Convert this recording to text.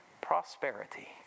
Prosperity